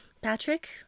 Patrick